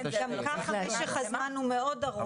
גם כך משך הזמן ארוך מאוד.